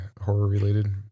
horror-related